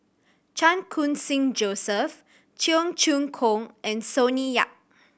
Chan Khun Sing Joseph Cheong Choong Kong and Sonny Yap